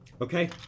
Okay